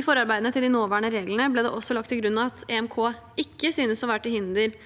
I forarbeidene til de nåværende reglene ble det også lagt til grunn: «EMK synes ikke å være til hinder